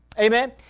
Amen